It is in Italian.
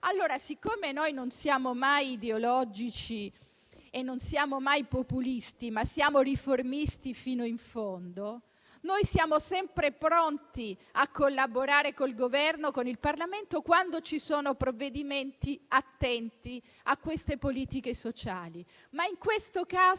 collassa. Siccome noi non siamo mai ideologici e populisti, ma siamo riformisti fino in fondo, siamo sempre pronti a collaborare con il Governo e con il Parlamento, quando ci sono provvedimenti attenti alle politiche sociali. Ma in questo caso